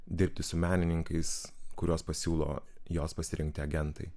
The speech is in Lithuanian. dirbti su menininkais kuriuos pasiūlo jos pasirinkti agentai